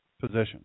position